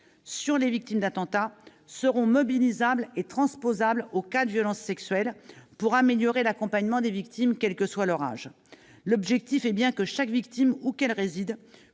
de recherche-action seront mobilisables et transposables aux cas de violences sexuelles, en vue d'améliorer l'accompagnement des victimes, quel que soit leur âge. L'objectif est que chaque victime, où qu'elle réside,